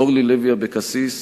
אורלי לוי אבקסיס,